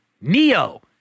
Neo